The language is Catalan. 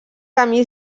camí